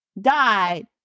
died